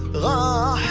low